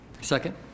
Second